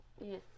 Yes